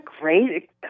great